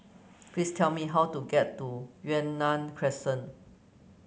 please tell me how to get to Yunnan Crescent